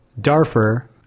Darfur